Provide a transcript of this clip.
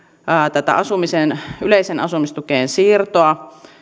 tätä yleiseen asumistukeen siirtoa